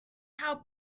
how